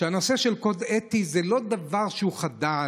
שהנושא של קוד לבוש זה לא דבר שהוא חדש